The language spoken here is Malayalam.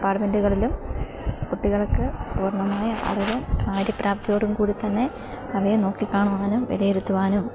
ഡിപ്പാട്ട്മെൻറ്റുകളിലും കുട്ടികൾക്ക് പൂർണ്ണമായി അവരെ കാര്യ പ്രാപ്തിയോടും കൂടി തന്നെ അവയെ നോക്കി കാണുവാനും വിലയിരുത്തുവാനും